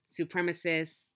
supremacists